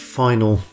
final